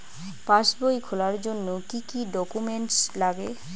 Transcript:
পাসবই খোলার জন্য কি কি ডকুমেন্টস লাগে?